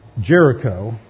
Jericho